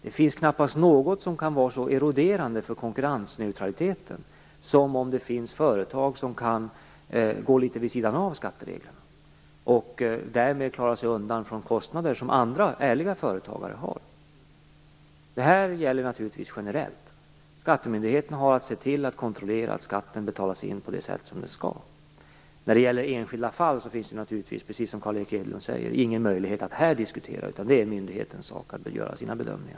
Det finns knappast något som kan vara så eroderande för konkurrensneutraliteten som att det finns företag som kan gå litet vid sidan av skattereglerna och därmed klara sig undan kostnader som andra, ärliga företagare har. Detta gäller naturligtvis generellt. Skattemyndigheten har att kontrollera att skatten betalas in på det sätt som det skall ske. Enskilda fall finns det naturligtvis inte, precis som Carl Erik Hedlund, någon möjlighet att här diskutera, utan det är myndighetens sak att göra sina bedömningar.